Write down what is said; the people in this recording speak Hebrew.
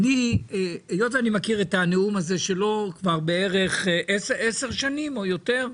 היות שאני מכיר את הנאום הזה שלו כבר בערך עשר שנים או יותר,